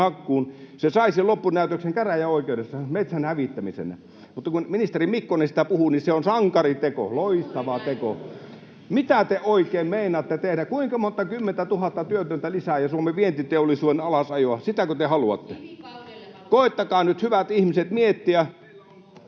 hakkuun, niin se saisi loppunäytöksen käräjäoikeudessa metsän hävittämisenä. Mutta kun ministeri Mikkonen siitä puhuu, niin se on sankariteko, loistava teko. [Leena Meri: Juuri näin!] Mitä te oikein meinaatte tehdä? Kuinka monta kymmentä tuhatta työtöntä lisää ja Suomen vientiteollisuuden alasajoa? Sitäkö te haluatte? [Leena Meri: Kivikaudelle